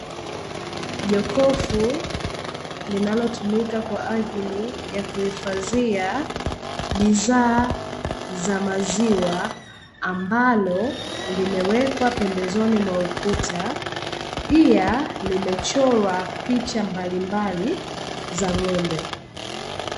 jokofu linalotumika kwaajili ya kuhifadhia bidhaa za maziwa ,ambalo limewekwa pembezoni mwa ukuta, pia limechorwa picha mbalimbali za ngombe.